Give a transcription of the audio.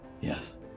Yes